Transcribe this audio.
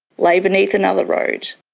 lay beneath another road,